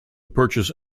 purchase